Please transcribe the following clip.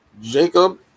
jacob